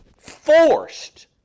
forced